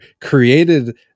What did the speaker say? created